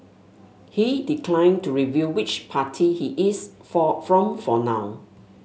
he declined to reveal which party he is for from for now